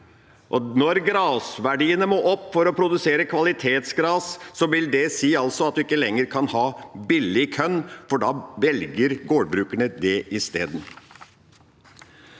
når grasverdiene må opp for å produsere kvalitetsgras, vil det altså si at en ikke lenger kan ha billig korn, for da velger gårdbrukerne det isteden.